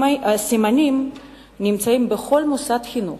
הסימנים נמצאים בכל מוסד חינוך,